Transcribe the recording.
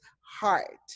heart